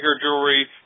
jewelry